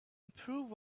improve